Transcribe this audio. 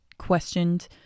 questioned